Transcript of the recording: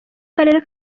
karere